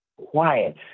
quiet